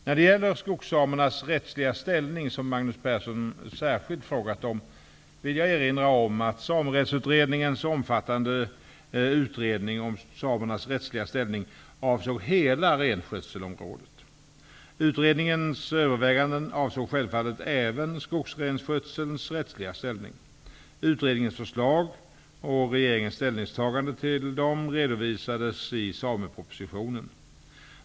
När det gäller skogssamernas rättsliga ställning, som Magnus Persson särskilt frågat om, vill jag erinra om att Samerättsutredningens omfattande utredning om samernas rättsliga ställning avsåg hela renskötselområdet. Utredningens överväganden avsåg självfallet även skogsrenskötselns rättsliga ställning. Utredningens förslag och regeringens ställningstagande i dem redovisades i samepropositionen.